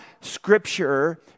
scripture